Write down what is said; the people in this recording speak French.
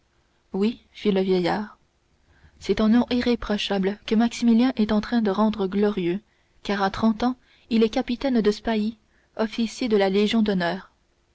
parler oui fit le vieillard c'est un nom irréprochable que maximilien est en train de rendre glorieux car à trente ans il est capitaine de spahis officier de la légion d'honneur